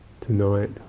tonight